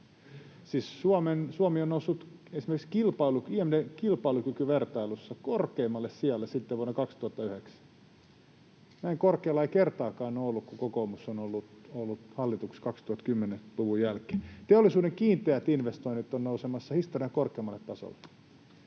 Suomi on noussut esimerkiksi IMD:n kilpailukykyvertailussa korkeimmalle sijalle sitten vuoden 2009. Näin korkealla se ei kertaakaan ole ollut, kun kokoomus on ollut hallituksessa, 2010-luvun jälkeen. Teollisuuden kiinteät investoinnit ovat nousemassa historian korkeimmalle tasolle.